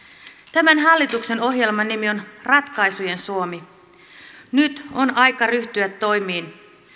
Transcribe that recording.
tämän hallituksen ohjelman nimi on ratkaisujen suomi nyt on aika ryhtyä toimiin